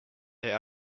there